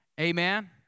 Amen